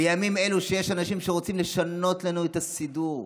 בימים אלו שיש אנשים שרוצים לשנות לנו את הסידור,